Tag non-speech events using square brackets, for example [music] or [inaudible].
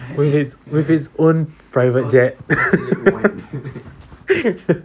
with its with its own private jet [laughs]